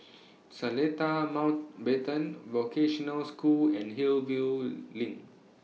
Seletar Mountbatten Vocational School and Hillview LINK